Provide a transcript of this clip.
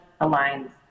aligns